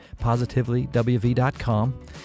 PositivelyWV.com